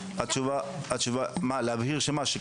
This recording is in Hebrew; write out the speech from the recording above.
להבהיר שמה?